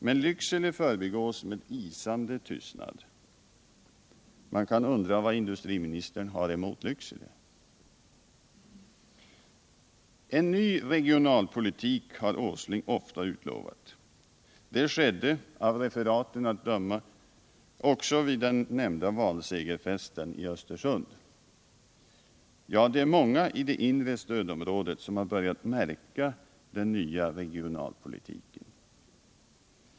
Men Lycksele förbigås med isande tystnad. Man kan undra vad industriministern har emot Lycksele. En ny regionalpolitik har Nils Åsling ofta utlovat. Det skedde av referaten att döma också vid den nämnda valsegerfesten i Östersund. Ja, det är många i det inre stödområdet som har börjat märka den nya regionalpolitiken.